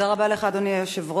תודה רבה לך, אדוני היושב-ראש.